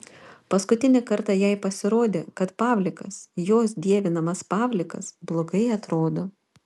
paskutinį kartą jai pasirodė kad pavlikas jos dievinamas pavlikas blogai atrodo